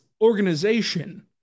organization